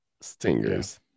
stingers